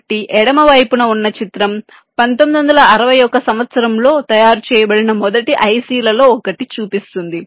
కాబట్టి ఎడమ వైపున ఉన్న చిత్రం 1961 సంవత్సరంలో తయారు చేయబడిన మొదటి ICలలో ఒకటి చూపిస్తుంది